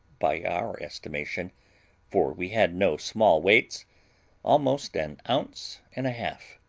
by our estimation for we had no small weights almost an ounce and a half.